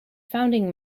founding